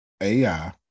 AI